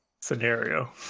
scenario